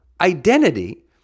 identity